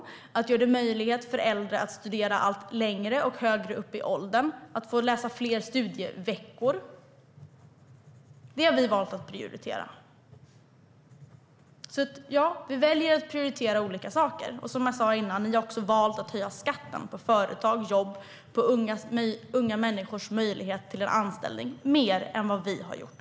Vi vill göra det möjligt för äldre att studera allt längre och allt högre upp i åldern, liksom att få läsa fler studieveckor. Det har vi valt att prioritera. Vi väljer alltså att prioritera olika saker. Som jag sa innan har Socialdemokraterna valt att höja skatten på företag, jobb och unga människors möjlighet till anställning mer än vad vi har gjort.